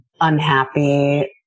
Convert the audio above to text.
unhappy